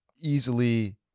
easily